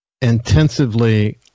intensively